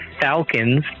Falcons